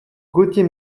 gautier